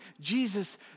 Jesus